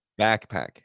Backpack